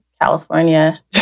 California